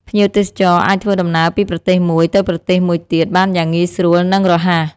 ភ្ញៀវទេសចរអាចធ្វើដំណើរពីប្រទេសមួយទៅប្រទេសមួយទៀតបានយ៉ាងងាយស្រួលនិងរហ័ស។